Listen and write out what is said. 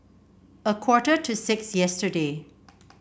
a quarter to six yesterday